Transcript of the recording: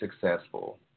successful